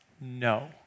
no